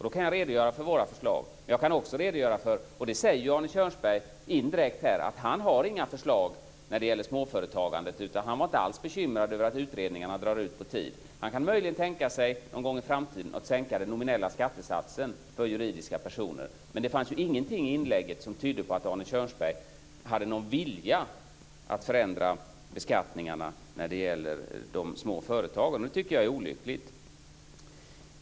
Då kan jag redogöra för våra förslag. Arne Kjörnsberg säger här indirekt att han inte har några förslag när det gäller småföretagandet, men han var inte alls bekymrad över att utredningarna drar ut på tiden. Han kan möjligen någon gång i framtiden tänka sig att sänka den nominella skattesatsen för juridiska personer. Men det fanns ju ingenting i inlägget som tydde på att Arne Kjörnsberg hade någon vilja att förändra beskattningarna för de små företagen. Det tycker jag är olyckligt.